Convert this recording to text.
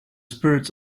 spirits